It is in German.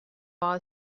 war